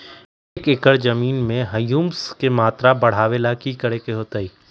एक एकड़ जमीन में ह्यूमस के मात्रा बढ़ावे ला की करे के होतई?